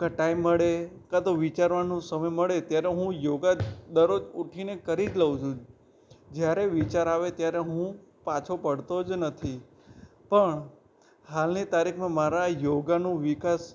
કાં ટાઇમ મળે કાં તો વિચારવાનું સમય મળે ત્યારે હું યોગા દરરોજ ઊઠીને કરી જ લઉં છું જ્યારે વિચાર આવે ત્યારે હું પાછો પડતો જ નથી પણ હાલની તારીખમાં મારા યોગાનું વિકાસ